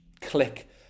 click